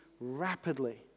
rapidly